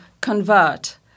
convert